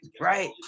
right